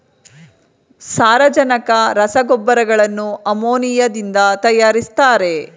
ಸಾರಜನಕ ರಸಗೊಬ್ಬರಗಳನ್ನು ಅಮೋನಿಯಾದಿಂದ ತರಯಾರಿಸ್ತರೆ